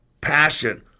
passion